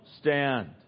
stand